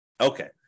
Okay